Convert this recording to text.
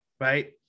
right